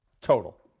total